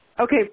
Okay